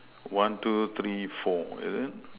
one two three four is it